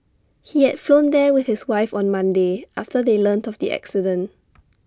he had flown there with his wife on Monday after they learnt of the accident